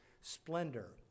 splendor